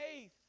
faith